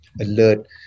alert